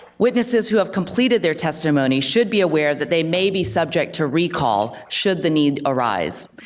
witnesses who have completed their testimony should be aware that they may be subject to recall should the need arise.